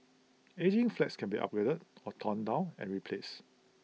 ageing flats can be upgraded or torn down and replaced